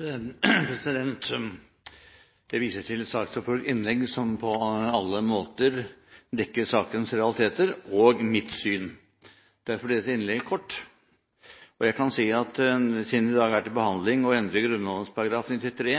replikkordskiftet omme. Jeg viser til saksordførerens innlegg, som på alle måter dekker sakens realiteter og mitt syn. Derfor blir dette innlegget kort. I dag er det til behandling å endre Grunnloven § 93,